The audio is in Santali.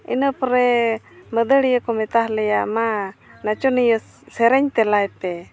ᱤᱱᱟᱹ ᱯᱚᱨᱮ ᱢᱟᱹᱫᱟᱹᱲᱤᱭᱟᱹ ᱠᱚ ᱢᱮᱛᱟ ᱞᱮᱭᱟ ᱢᱟ ᱱᱟᱪᱚᱱᱤᱭᱟᱹ ᱥᱮᱨᱮᱧ ᱛᱮᱞᱟᱭ ᱯᱮ